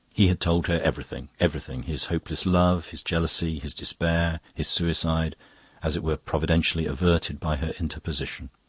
he had told her everything, everything his hopeless love, his jealousy, his despair, his suicide as it were providentially averted by her interposition.